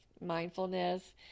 mindfulness